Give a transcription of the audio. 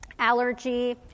allergy